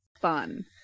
fun